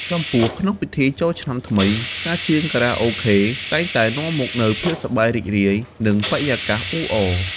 ចំពោះ ក្នុងពិធីចូលឆ្នាំថ្មី ការច្រៀងខារ៉ាអូខេតែងតែនាំមកនូវភាពសប្បាយរីករាយ និងបរិយាកាសអ៊ូអរ។